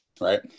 right